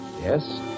Yes